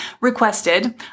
requested